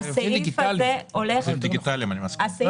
הסעיף הזה הולך לפי הדין,